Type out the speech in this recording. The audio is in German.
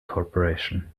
corporation